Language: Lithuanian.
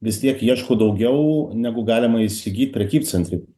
vis tiek ieško daugiau negu galima įsigyt prekybcentry